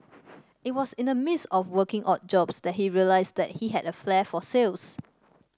it was in the midst of working odd jobs that he realised that he had a flair for sales